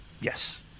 Yes